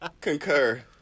concur